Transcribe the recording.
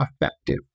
effective